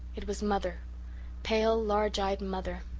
it was mother pale, large-eyed mother.